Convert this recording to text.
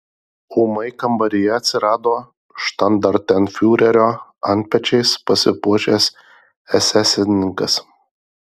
ūmai kambaryje atsirado štandartenfiurerio antpečiais pasipuošęs esesininkas